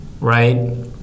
right